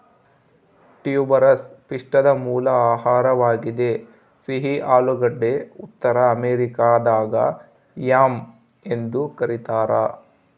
tuberous ಪಿಷ್ಟದ ಮೂಲ ಆಹಾರವಾಗಿದೆ ಸಿಹಿ ಆಲೂಗಡ್ಡೆ ಉತ್ತರ ಅಮೆರಿಕಾದಾಗ ಯಾಮ್ ಎಂದು ಕರೀತಾರ